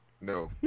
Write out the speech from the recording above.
No